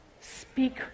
speak